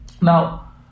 now